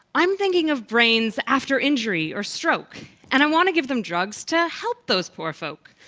i'm thinking of brainsafter injury or strokeand and i want to give them drugsto help those poor folk.